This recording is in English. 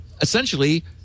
essentially